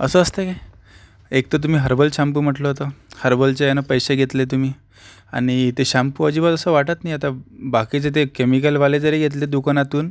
असं असतं काय एक तर तुम्ही हर्बल शाम्पू म्हटलं होतं हर्बलच्या ह्यानं पैसे घेतले तुम्ही आणि ते शाम्पू अजिबात असं वाटत नाही आता बाकीचे ते केमिकलवाले जरी घेतले दुकानातून